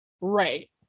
right